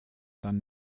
dann